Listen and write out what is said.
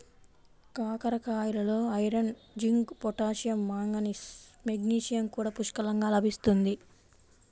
కాకరకాయలలో iron, zinc, potassium, manganese, magnesium కూడా పుష్కలంగా లభిస్తుంది